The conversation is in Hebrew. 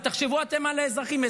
תחשבו אתם על האזרחים.